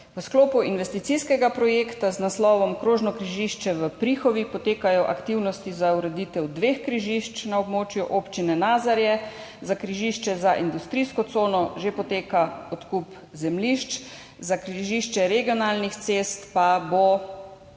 V sklopu investicijskega projekta z naslovom Krožno križišče v Prihovi potekajo aktivnosti za ureditev dveh križišč na območju Občine Nazarje. Za križišče za industrijsko cono že poteka odkup zemljišč, za križišče regionalnih cest pa bo